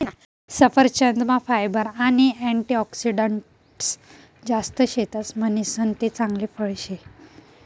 सफरचंदमा फायबर आणि अँटीऑक्सिडंटस जास्त शेतस म्हणीसन ते चांगल फळ शे